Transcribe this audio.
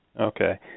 Okay